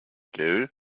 gell